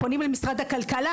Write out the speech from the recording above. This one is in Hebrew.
מנגד,